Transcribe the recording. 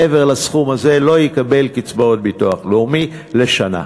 מעבר לסכום הזה לא יקבל קצבאות ביטוח לאומי לשנה.